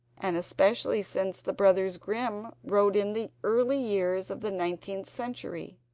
and especially since the brothers grimm wrote in the early years of the nineteenth century.